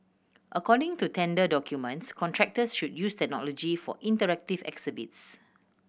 according to tender documents contractors should use technology for interactive exhibits